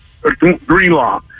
Greenlaw